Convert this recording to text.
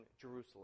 Jerusalem